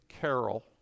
Carol